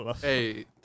Hey